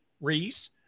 Reese